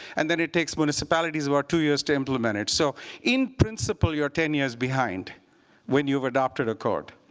and then it takes municipalities about two years to implement it. so in principle, you're ten years behind when you have adopted a code.